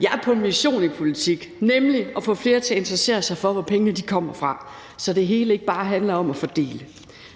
Jeg er på mission i politik, nemlig for at få flere til at interessere sig for, hvor pengene kommer fra, så det hele ikke bare handler om at fordele;